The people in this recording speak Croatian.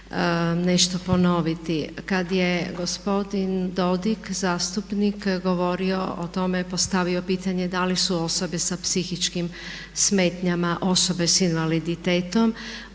nešto ponoviti. Kad je gospodin Dodig, zastupnik govorio o tome postavio pitanje da li su osobe sa psihičkim smetnjama, osobe sa invaliditetom